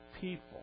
people